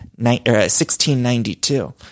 1692